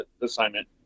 assignment